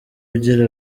ugira